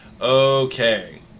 Okay